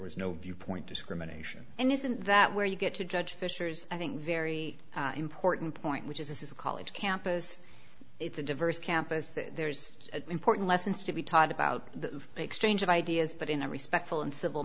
was no viewpoint discrimination and isn't that where you get to judge fisher's i think very important point which is this is a college campus it's a diverse campus there's important lessons to be taught about the exchange of ideas but in a respectful and civil